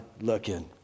looking